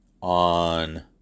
on